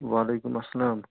وعلیکُم اَسلام